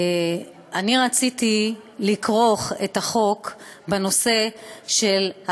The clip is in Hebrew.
אני רציתי לכרוך את החוק בנושא של,